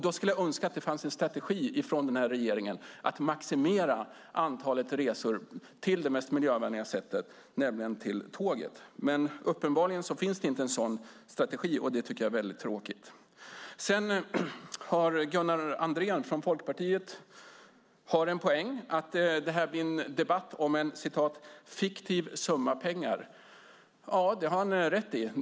Då skulle jag önska att det fanns en strategi från denna regering att maximera antalet resor som sker på det mest miljövänliga sättet, nämligen med tåg. Men uppenbarligen finns det inte en sådan strategi, och det är tråkigt. Gunnar Andrén från Folkpartiet har en poäng i att detta blir en debatt om en fiktiv summa pengar. Ja, det har han rätt i.